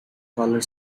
color